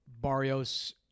Barrios